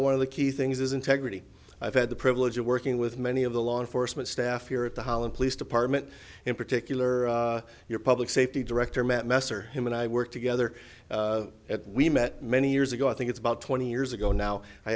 one of the key things is integrity i've had the privilege of working with many of the law enforcement staff here at the holland police department in particular your public safety director matt messer him and i work together we met many years ago i think it's about twenty years ago now i